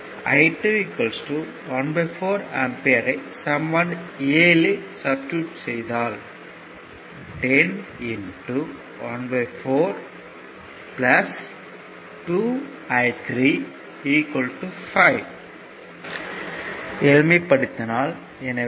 I2 14 ampere ஐ சமன்பாடு 7 இல் சப்ஸ்டிடுட் செய்தால் 10 ¼ 2 I3 5 எளிமைப்படுத்தினால் எனவே I3 1